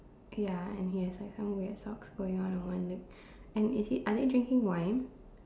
okay ya and he has like some weird socks going on on one leg and is he are they drinking wine